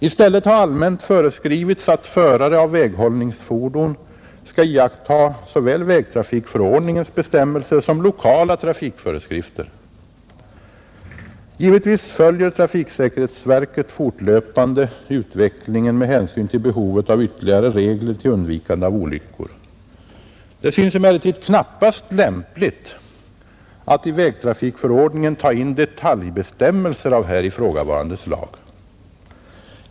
I stället har allmänt föreskrivits att förare av väghållningsfordon skall iaktta såväl vägtrafikförordningens bestämmelser som lokala trafikföreskrifter. Givetvis följer trafiksäkerhetsverket fortlöpande utvecklingen med hänsyn till behovet av ytterligare regler till undvikande av olyckor. Det synes emellertid knappast lämpligt att i vägtrafikförordningen ta in detaljbestämmelser av här ifrågavarande slag.